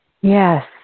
Yes